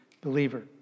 believer